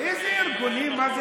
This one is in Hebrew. איזה ארגונים.